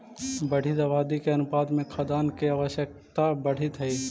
बढ़ीत आबादी के अनुपात में खाद्यान्न के आवश्यकता बढ़ीत हई